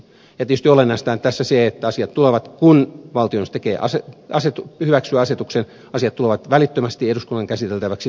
ja tietysti olennaista on tässä se että asiat tulevat kun valtioneuvosto hyväksyy asetuksen välittömästi eduskunnan käsiteltäviksi tarkastettaviksi